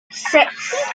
six